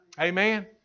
Amen